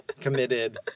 committed